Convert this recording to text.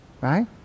Right